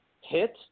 hit